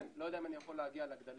אני לא יודע אם אני יכול להגיע לגדלים